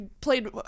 played